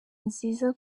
nziza